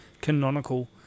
canonical